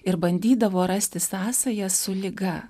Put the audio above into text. ir bandydavo rasti sąsają su liga